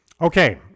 Okay